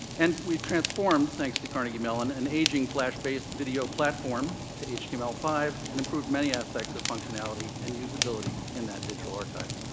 and we've transformed, thanks to carnegie mellon, an aging flash-based video platform to h t m l five and improved many aspects of functionality and usability in that digital archive.